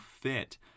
fit